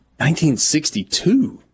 1962